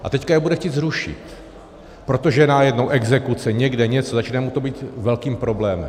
A teď je bude chtít zrušit, protože najednou exekuce, někde něco, začne to být velkým problémem.